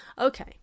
Okay